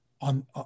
on